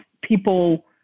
people